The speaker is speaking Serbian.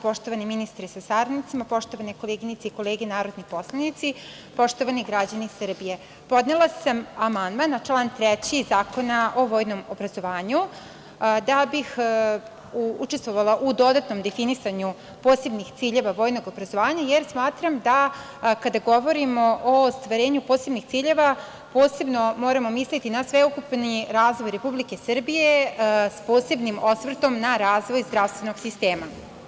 Poštovani ministre sa saradnicima, poštovane koleginice i kolege narodni poslanici, poštovani građani Srbije, podnela sam amandman na član 3. Zakona o vojnom obrazovanju da bih učestvovala u dodatnom definisanju posebnih ciljeva vojnog obrazovanja, jer smatram da kada govorimo o ostvarenju posebnih ciljeva posebno moramo misliti na sveukupni razvoj Republike Srbije, s posebnim osvrtom na razvoj zdravstvenog sistema.